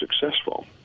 successful